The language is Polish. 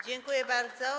Dziękuję bardzo.